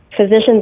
physicians